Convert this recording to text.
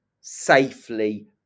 safely